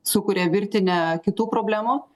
sukuria virtinę kitų problemų